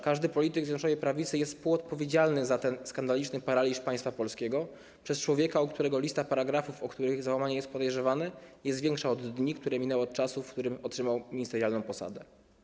Każdy polityk Zjednoczonej Prawicy jest współodpowiedzialny za ten skandaliczny paraliż państwa polskiego przez człowieka, u którego lista paragrafów, o złamanie których jest podejrzewany, jest większa od dni, które minęły od czasu, w którym otrzymał ministerialną posadę.